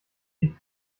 die